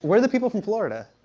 where are the people from florida?